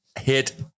Hit